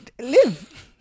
live